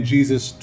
Jesus